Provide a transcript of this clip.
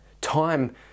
time